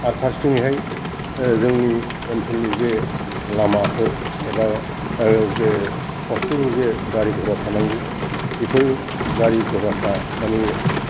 आरो फारसेथिंयैहाय जोंनि ओनसोलनि जे लामाफोर एबा जे हस्पिताल आव जे गारि घरा थानांगौ बेफोरो गारि घराफ्रा माने